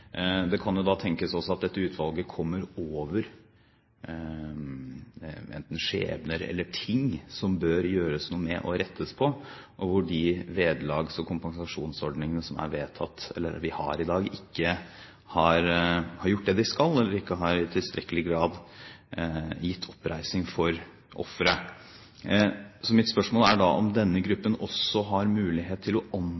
Det kan jo da tenkes at dette utvalget kommer over enten skjebner eller ting som det bør gjøres noe med, og rettes på, og at de vederlags- og kompensasjonsordningene som vi har i dag, ikke i tilstrekkelig grad har gitt oppreisning til ofre. Så mitt spørsmål er da om denne gruppen også har mulighet til å anbefale politikk til departementet, eller om